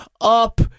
up